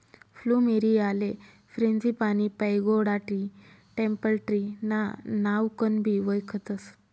फ्लुमेरीयाले frangipani, pagoda tree, temple tree ना नावकनबी वयखतस